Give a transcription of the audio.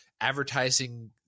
advertising